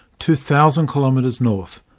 two thousand kilometres north,